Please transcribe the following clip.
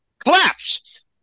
Collapse